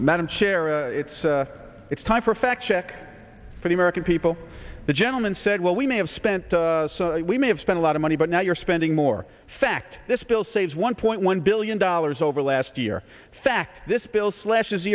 madam chair or it's it's time for a fact check for the american people the gentleman said well we may have spent we may have spent a lot of money but now you're spending more fact this bill saves one point one billion dollars over last year fact this bill slashes